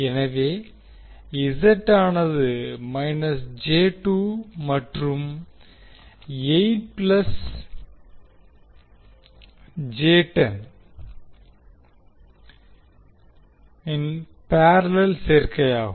எனவே ஆனது மற்றும் இன் பேரலல் சேர்க்கையாகும்